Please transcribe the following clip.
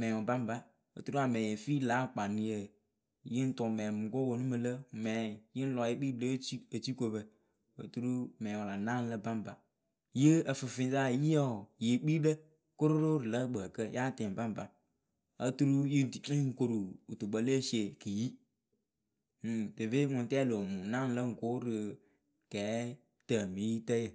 mɛŋwʊ baŋpa. oturu amɛɛŋ ye fii lǎ akpanɨyǝ. Yɨ ŋ tʊʊ mɛŋwʊ mɨŋ kǝ́ wɨ ponu mɨ lǝ, mɛŋ yɨ ŋ lɔ ye kpii rɨ lě eti etikopǝ oturu mɛŋwɔ wɨ la naanɨ lǝ baŋpa ŋyɨ ǝfɨfɨŋyɨsa yiyǝ wɔɔ, ŋyɨ yɨ kpii lǝ kororo rɨ lǝ̌ Ǝkpǝǝkǝ yáa tɛŋ baŋpa oturu yɨ ŋ pik yɨ ŋ koru wɨtukpǝ le esie kɨyi. Ŋ ŋ veve ŋʊŋtɛɛ loo mumu ŋ naanɨ lǝ ŋ ko rɨ kɛɛtǝmɨyitǝyǝ ŋ